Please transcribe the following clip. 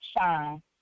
shine